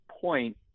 point